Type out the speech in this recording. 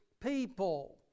people